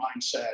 mindset